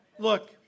Look